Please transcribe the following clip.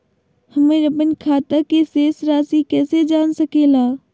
हमर अपन खाता के शेष रासि कैसे जान सके ला?